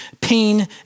pain